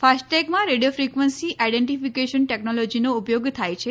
ફાસ્ટટૈગમાં radio frequency identification ટેકનોલોજીનો ઉપયોગ થાય છે